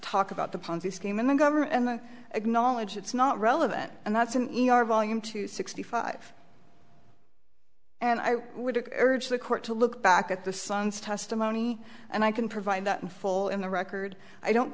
talk about the ponzi scheme and the government and the acknowledge it's not relevant and that's an e r volume two sixty five and i would urge the court to look back at the son's testimony and i can provide that in full in the record i don't